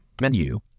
menu